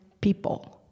people